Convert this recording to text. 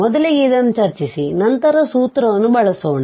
ಮೊದಲಿಗೆ ಇದನ್ನು ಚರ್ಚಿಸಿ ನಂತರ ಸೂತ್ರವನ್ನು ಬಳಸೋಣ